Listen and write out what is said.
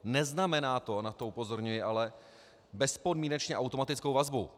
Neznamená to ale, na to upozorňuji, bezpodmínečně automatickou vazbu.